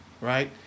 right